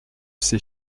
ses